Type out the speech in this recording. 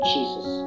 Jesus